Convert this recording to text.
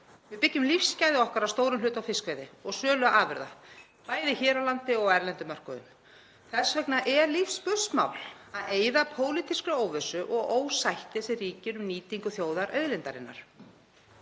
Við byggjum lífsgæði okkar að stórum hluta á fiskveiði og sölu afurða, bæði hér á landi og á erlendum mörkuðum. Þess vegna er lífsspursmál að eyða pólitískri óvissu og ósætti sem ríkir um nýtingu þjóðarauðlindarinnar.